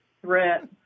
threat